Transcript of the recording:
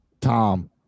Tom